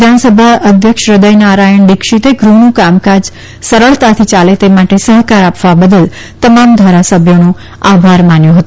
વિધાનસભાના અધ્યક્ષ હૃદય નારાયણ દિક્ષિતે ગુહનું કામકાજ સરળતાથી યાલે તે માટે સહકાર આપવા બદલ તમામ ધારાસભ્યોનો આભાર માન્યો હતો